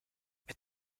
mit